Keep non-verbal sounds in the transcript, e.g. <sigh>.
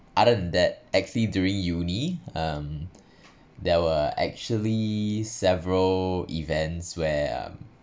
other than that actually during uni um <breath> there were actually several events where um